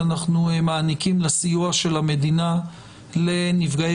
שאנחנו מעניקים לסיוע של המדינה לנפגעי